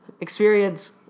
experience